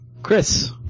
Chris